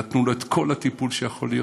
נתנו לו את כל הטיפול שיכול להיות.